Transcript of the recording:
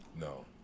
No